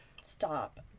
Stop